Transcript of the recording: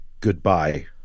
goodbye